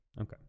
Okay